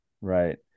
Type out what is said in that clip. Right